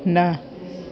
न